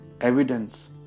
evidence